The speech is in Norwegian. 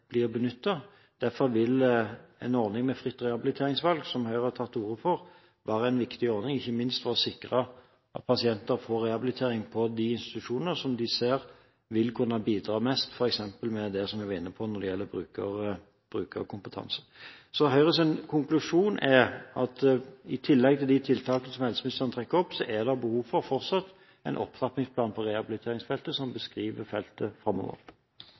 blir benyttet. Derfor vil en ordning med fritt rehabiliteringsvalg, som Høyre har tatt til orde for, være en viktig ordning, ikke minst for å sikre at pasienter får rehabilitering på de institusjoner som de ser vil kunne bidra mest, f.eks. med det som jeg var inne på når det gjelder brukerkompetanse. Så Høyres konklusjon er at i tillegg til de tiltak som helseministeren trekker opp, er det fortsatt behov for en opptrappingsplan på rehabiliteringsfeltet som beskriver feltet framover.